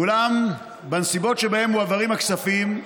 ואולם, בנסיבות שבהן מועברים הכספים,